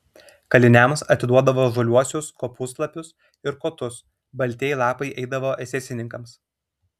kaliniams atiduodavo žaliuosius kopūstlapius ir kotus baltieji lapai eidavo esesininkams